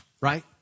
right